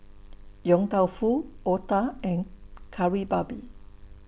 Yong Tau Foo Otah and Kari Babi